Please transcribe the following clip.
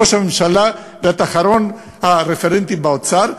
ראש הממשלה ועד אחרון הרפרנטים באוצר,